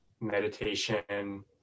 meditation